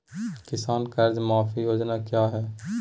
किसान कर्ज माफी योजना क्या है?